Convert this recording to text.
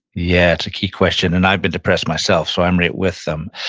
yeah, it's a key question, and i've been depressed myself so i'm right with them.